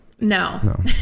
No